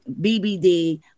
BBD